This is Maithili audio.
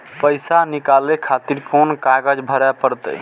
पैसा नीकाले खातिर कोन कागज भरे परतें?